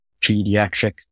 pediatric